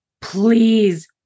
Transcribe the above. please